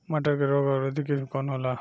मटर के रोग अवरोधी किस्म कौन होला?